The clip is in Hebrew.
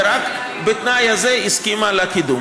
ורק בתנאי הזה היא הסכימה לקידום.